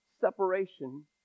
separation